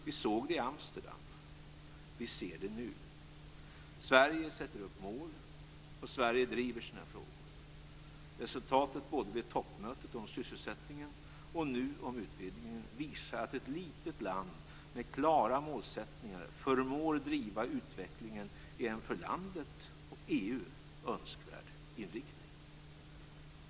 Vi såg det i Amsterdam, och vi ser det nu: Sverige sätter upp mål, och Sverige driver sina frågor. Resultatet både vid toppmötet om sysselsättningen och nu om utvidgningen visar att ett litet land med klara målsättningar förmår driva utvecklingen i en för landet och för EU önskvärd riktning.